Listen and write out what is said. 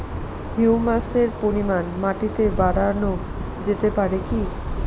হিউমাসের পরিমান মাটিতে বারানো যেতে পারে কি?